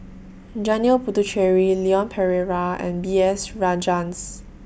Janil Puthucheary Leon Perera and B S Rajhans